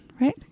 right